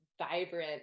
vibrant